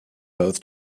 both